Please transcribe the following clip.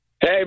Hey